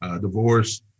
divorce